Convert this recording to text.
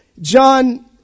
John